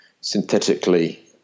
synthetically